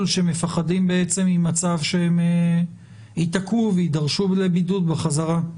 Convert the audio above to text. שמפחדים ממצב שהם ייתקעו ויידרשו לבידוד בחזרה.